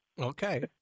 Okay